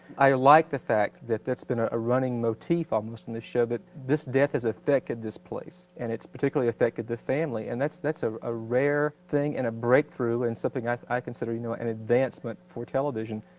i like the fact that that's been a running motif almost in this show, that this death has affected this place, and it's particularly affected the family. and that's that's ah a rare thing and a breakthrough, and something i i consider you know an advancement for television.